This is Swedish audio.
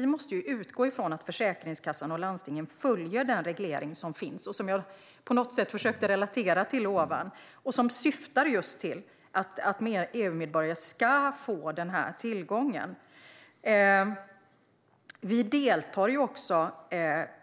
Vi måste utgå från att Försäkringskassan och landstingen följer den reglering som finns och som jag relaterade till tidigare. Den syftar just till att EU-medborgare ska få denna tillgång. Vi deltar också